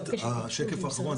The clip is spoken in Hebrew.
בשקף האחרון,